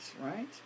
right